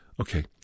Okay